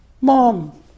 Mom